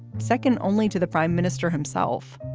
second only to the prime minister himself.